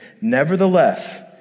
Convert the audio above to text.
Nevertheless